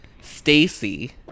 Stacy